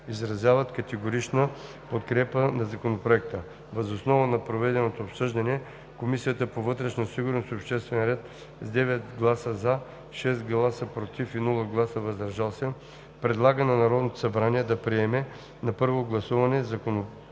Изразяват категорична подкрепа на Законопроекта. Въз основа на проведеното обсъждане Комисията по вътрешна сигурност и обществен ред с 9 гласа „за“, 6 гласа „против“ и без гласове „въздържал се“ предлага на Народното събрание да приеме на първо гласуване Законопроект